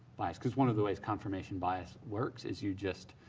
bias. because one of the ways confirmation bias works is you just